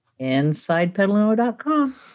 InsidePedalino.com